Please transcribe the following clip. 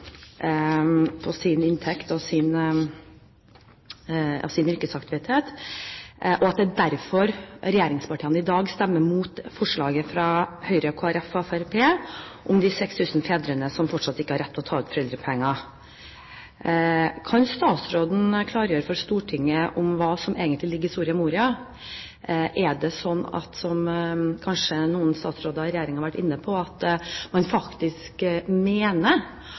på sin inntekt og sin yrkesaktivitet, og at det er derfor regjeringspartiene i dag stemmer mot forslaget fra Fremskrittspartiet, Høyre og Kristelig Folkeparti om de om lag 6 500 fedrene som fortsatt ikke har rett til å ta ut foreldrepenger. Kan statsråden klargjøre for Stortinget hva som egentlig ligger i Soria Moria? Er det slik – som noen statsråder i regjeringen kanskje har vært inne på – at man mener